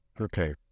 okay